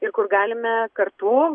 ir kur galime kartu